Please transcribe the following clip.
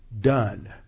done